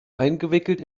eingewickelt